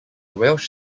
welsh